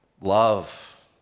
Love